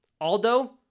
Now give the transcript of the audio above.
Aldo